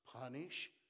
punish